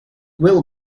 will